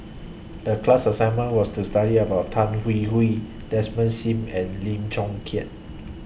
The class assignment was to study about Tan Hwee Hwee Desmond SIM and Lim Chong Keat